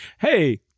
Hey